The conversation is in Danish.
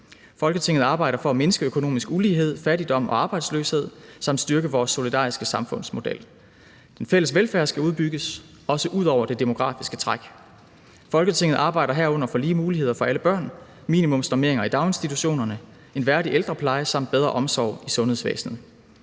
Folketinget arbejder for at mindske økonomisk ulighed, fattigdom og arbejdsløshed samt styrke vores solidariske samfundsmodel. Den fælles velfærd skal udbygges – også udover det demografiske træk. Folketinget arbejder herunder for lige muligheder for alle børn, minimumsnormeringer i daginstitutionerne, en værdig ældrepleje samt bedre omsorg i sundhedsvæsenet.